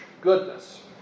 goodness